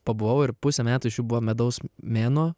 pabuvau ir pusę metų iš jų buvo medaus mėnuo